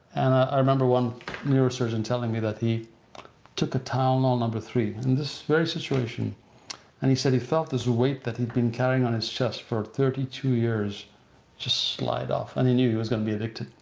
and i remember one neurosurgeon telling me that he took a tylenol number three in this very situation and he said he felt this weight that he'd been carrying on his chest for thirty two years just slide off. and he knew he was gonna be addicted.